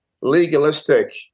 legalistic